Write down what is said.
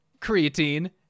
Creatine